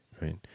right